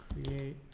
the